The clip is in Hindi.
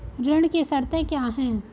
ऋण की शर्तें क्या हैं?